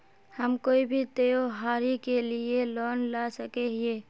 हम कोई भी त्योहारी के लिए लोन ला सके हिये?